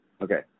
okay